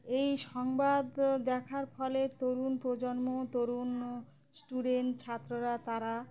এই সংবাদ দেখার ফলে তরুণ প্রজন্ম তরুণ স্টুডেন্ট ছাত্ররা তারা